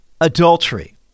Adultery